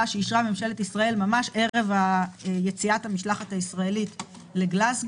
שאישרה ממשלת ישראל ממש ערב יציאת המשלחת הישראלית לגלזגו.